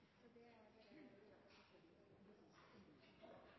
Det er